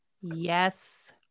Yes